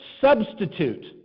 substitute